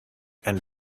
and